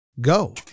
Go